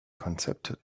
konzept